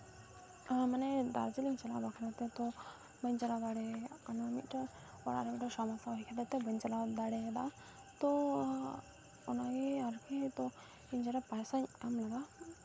ᱢᱟᱱᱮ ᱫᱟᱨᱡᱤᱞᱤᱝ ᱪᱟᱞᱟᱜ ᱵᱟᱠᱷᱨᱟᱛᱮ ᱛᱚ ᱵᱟᱹᱧ ᱪᱟᱞᱟᱣ ᱫᱟᱲᱮᱭᱟᱜ ᱠᱟᱱᱟ ᱢᱤᱫᱴᱟᱝ ᱚᱲᱟᱜ ᱨᱮ ᱢᱤᱫᱴᱟᱝ ᱥᱚᱢᱚᱥᱥᱟ ᱦᱩᱭ ᱠᱷᱟᱹᱛᱤᱨᱛᱮ ᱵᱟᱹᱧ ᱪᱟᱞᱟᱣ ᱫᱟᱲᱮᱭᱟᱫᱟ ᱛᱚ ᱚᱱᱟᱜᱮ ᱟᱨᱠᱤ ᱤᱧ ᱡᱟᱦᱟᱸᱴᱟᱜ ᱯᱚᱭᱥᱟᱧ ᱮᱢ ᱞᱮᱫᱟ